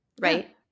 Right